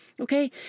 Okay